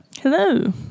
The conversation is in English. hello